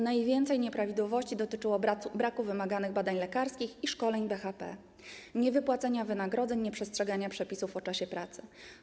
Najwięcej nieprawidłowości dotyczyło braku wymaganych badań lekarskich i szkoleń BHP, niewypłacania wynagrodzeń, nieprzestrzegania przepisów o czasie pracy.